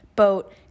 boat